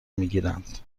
میگیرند